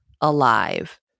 alive